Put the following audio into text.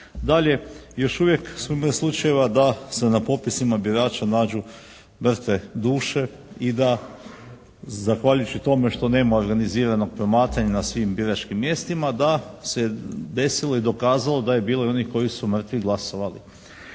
Dalje, još uvijek ima slučajeva da se na popisima birača nađu mrtve duše i da zahvaljujući tome da nema organiziranog promatranja na svim biračkim mjestima da se desilo i dokazalo da je bilo i onih koji su mrtvi glasovali.